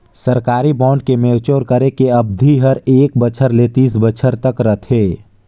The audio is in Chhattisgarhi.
सरकारी बांड के मैच्योर करे के अबधि हर एक बछर ले तीस बछर तक रथे